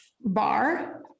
bar